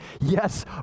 yes